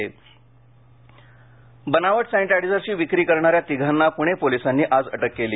police बनावट सॅनिटायझर्सची विक्री करणाऱ्या तिघांना पुणे पोलिसांनी आज अटक केली